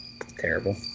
Terrible